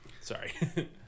sorry